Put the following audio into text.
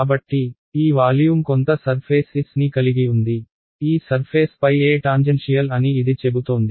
కాబట్టి ఈ వాల్యూమ్ కొంత సర్ఫేస్ S ని కలిగి ఉంది ఈ సర్ఫేస్ పై E టాంజెన్షియల్ అని ఇది చెబుతోంది